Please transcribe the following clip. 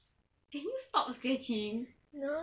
can you stop scratching